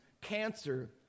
cancer